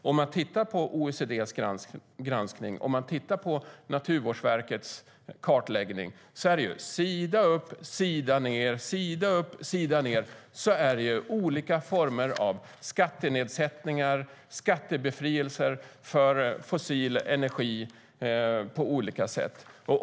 Om vi tittar på OECD:s granskning och Naturvårdsverkets kartläggning ser vi att det finns sida upp och sida ned med olika former av skattenedsättningar och skattebefrielser för fossil energi.